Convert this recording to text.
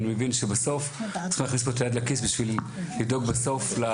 אני מבין שבסוף צריכים להכניס פה את היד לכיס בשביל לדאוג לאנשים.